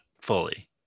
fully